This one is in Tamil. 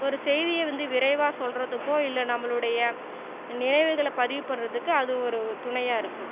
ஒரு செய்தியை வந்து விரைவாக சொல்கிறதுக்கோ இல்லை நம்மளுடைய நினைவுகளை பதிவு பண்ணுறதுக்கு அது ஒரு துணையாக இருக்குது